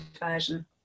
version